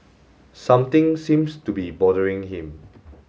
something seems to be bothering him